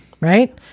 Right